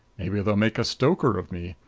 maybe they'll make a stoker of me.